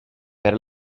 per